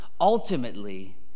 Ultimately